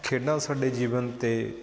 ਖੇਡਾਂ ਸਾਡੇ ਜੀਵਨ 'ਤੇ